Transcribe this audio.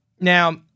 Now